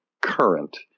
current